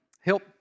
help